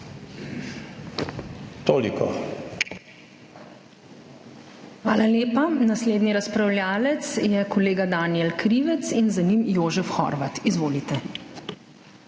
Hvala lepa. Naslednji razpravljavec je kolega Danijel Krivec in za njim Jožef Horvat. Izvolite.